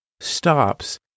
stops